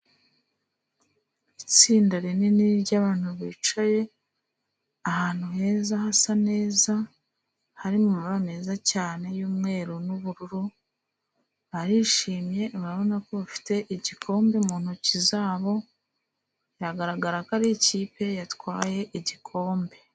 Itsinda rinini ry'abantu bicaye ahantu heza, hasa neza, hari mu mabara meza cyane y'umweru n'ubururu, barishimye, urabona ko bafite igikombe mu ntoki zabo, biragaragara ko ari ikipe yatwaye igikombe.